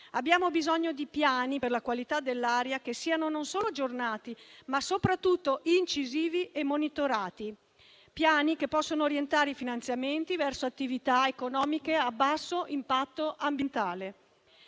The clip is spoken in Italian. Abbiamo bisogno di piani per la qualità dell'aria non solo aggiornati, ma soprattutto incisivi e monitorati, che possano orientare i finanziamenti verso attività economiche a basso impatto ambientale.